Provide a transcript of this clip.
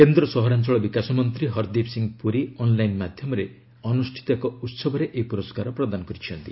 କେନ୍ଦ୍ର ସହରାଞ୍ଚଳ ବିକାଶ ମନ୍ତ୍ରୀ ହରଦୀପ ସିଂ ପୁରୀ ଅନ୍ଲାଇନ ମାଧ୍ୟମରେ ଅନୁଷ୍ଠିତ ଏକ ଉସବରେ ଏହି ପୁରସ୍କାର ପ୍ରଦାନ କରିଛନ୍ତି